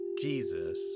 Jesus